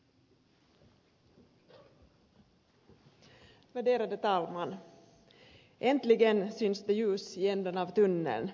äntligen syns det ljus i ändan av tunneln